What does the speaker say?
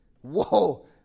Whoa